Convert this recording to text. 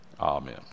Amen